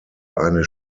eine